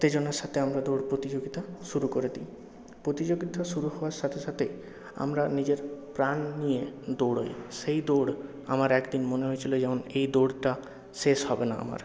উত্তেজনার সাথে আমরা দৌড় প্রতিযোগিতা শুরু করে দিই প্রতিযোগিতা শুরু হওয়ার সাথে সাথেই আমরা নিজেদের প্রাণ নিয়ে দৌড়াই সেই দৌড় আমার একদিন মনে হয়েছিলো এই দৌড়টা শেষ হবে না আমার